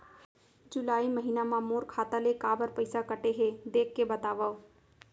जुलाई महीना मा मोर खाता ले काबर पइसा कटे हे, देख के बतावव?